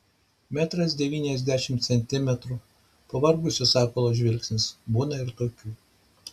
metras devyniasdešimt centimetrų pavargusio sakalo žvilgsnis būna ir tokių